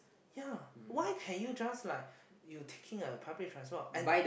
ya why can you just like you taking a public transport and